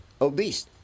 obese